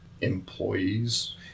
employees